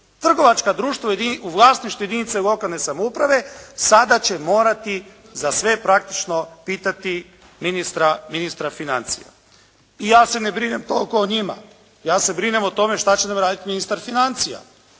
Trgovačka društva u vlasništvu jedinica lokalne samouprave sada će morati za sve praktično pitati ministra financija. I ja se ne brinem toliko o njima, ja se brinem o tome što će nam raditi ministar financija.